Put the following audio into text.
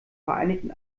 vereinigten